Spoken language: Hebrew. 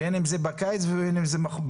בין אם זה בקיץ ובין אם זה בחורף.